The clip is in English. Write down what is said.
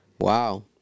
Wow